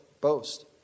boast